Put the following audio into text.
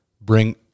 bring